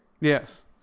Yes